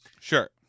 Sure